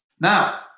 Now